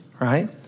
right